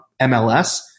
MLS